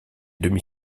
demi